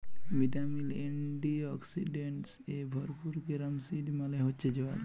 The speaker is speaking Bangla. ভিটামিল, এন্টিঅক্সিডেন্টস এ ভরপুর ক্যারম সিড মালে হচ্যে জয়াল